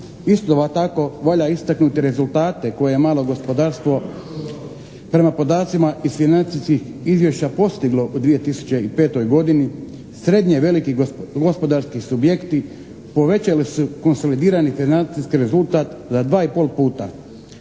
Iznova tako valja istaknuti rezultate koje je malo gospodarstvo prema podacima iz financijskih izvješća postiglo u 2005. godini, srednje i veliki gospodarski subjekti povećali su konsolidirani financijski rezultat za 2 i pol puta,